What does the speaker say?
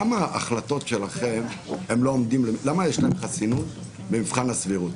למה ההחלטות שלכם יש להן חסינות במבחן הסבירות?